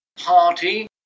party